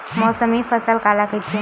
मौसमी फसल काला कइथे?